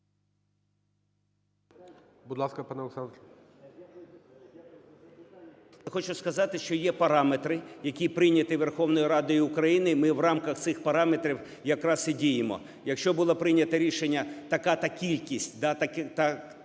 хочу сказати, що є параметри, які прийняті Верховною Радою України, і ми в рамках цих параметрів якраз і діємо. Якщо було прийнято рішення така-то кількість, да, така-то кількість